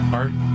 art